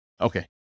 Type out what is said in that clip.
Okay